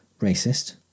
racist